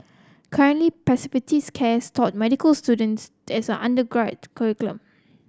currently care is taught medical students as curriculum